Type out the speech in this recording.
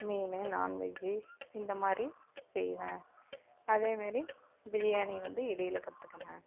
மீனு non veg இந்த மாதிரி செய்வோம் அதே மாரி பிரியாணி வந்து இடையில கற்றுக்கினேன்